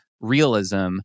realism